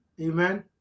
Amen